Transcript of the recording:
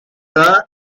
the